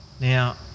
Now